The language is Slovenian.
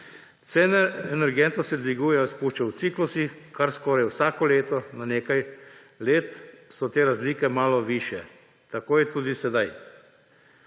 Cene energentov se dvigujejo, spuščajo v ciklusih, kar skoraj vsako leto, na nekaj let so te razlike malo višje, tako je tudi sedaj.